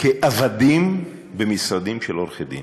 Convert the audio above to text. כעבדים במשרדים של עורכי-דין.